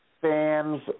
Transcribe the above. fans